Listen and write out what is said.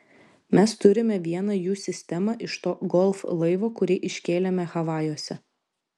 mes turime vieną jų sistemą iš to golf laivo kurį iškėlėme havajuose